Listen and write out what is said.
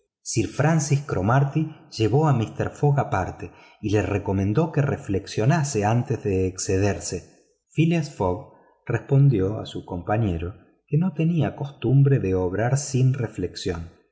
negocio sir francis cromarty llevó a mister fogg aparte y le recomendó que reflexionase antes de excederse phileas fogg respondió a su compañero que no tenía costumbre de obrar sin reflexión